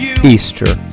Easter